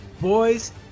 Boys